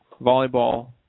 volleyball